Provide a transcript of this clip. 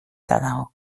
dago